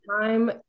time